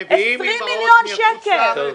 מביאים אימהות מחוץ לארץ?